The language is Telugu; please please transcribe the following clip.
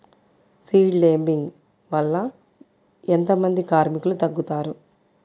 సీడ్ లేంబింగ్ వల్ల ఎంత మంది కార్మికులు తగ్గుతారు?